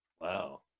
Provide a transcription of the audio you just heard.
Wow